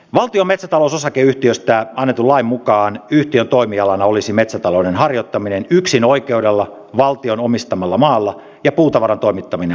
valtion metsätalousosakeyhtiöstä annetun lain mukaan yhtiön toimialana olisi metsätalouden harjoittaminen yksinoikeudella valtion omistamalla maalla ja puutavaran toimittaminen asiakkaille